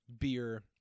beer